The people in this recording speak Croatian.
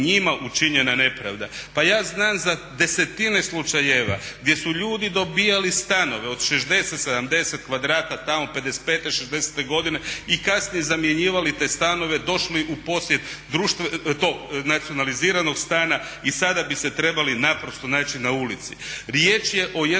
Pa ja znam za desetine slučajeva gdje su ljudi dobivali stanove od 60, 70 kvadrata tamo 55., 60.godine i kasnije zamjenjivali te stanove, došli u posjed tog nacionaliziranog stana i sada bi se naprosto trebali naći na ulici. Riječ je o jednom ozbiljnom